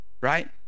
right